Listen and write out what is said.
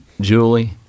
Julie